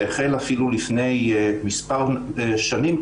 זה החל אפילו לפני מספר שנים,